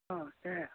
अ दे